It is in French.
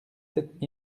sept